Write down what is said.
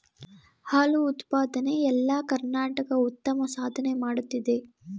ಹಾಲು ಉತ್ಪಾದನೆ ಎಲ್ಲಿ ಕರ್ನಾಟಕ ಉತ್ತಮ ಸಾಧನೆ ಮಾಡುತ್ತಿದೆ